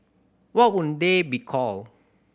what would they be called